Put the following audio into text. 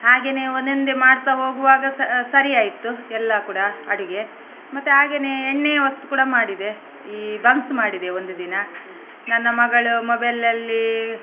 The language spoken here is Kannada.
ಹಾಗೆಯೇ ಒಂದೊಂದೆ ಮಾಡ್ತಾ ಹೋಗುವಾಗ ಸರಿ ಆಯಿತು ಎಲ್ಲ ಕೂಡ ಅಡುಗೆ ಮತ್ತೆ ಹಾಗೆಯೇ ಎಣ್ಣೆಯ ವಸ್ತು ಕೂಡ ಮಾಡಿದೆ ಈ ಬನ್ಸ್ ಮಾಡಿದೆ ಒಂದು ದಿನ ನನ್ನ ಮಗಳು ಮೊಬೈಲಲ್ಲಿ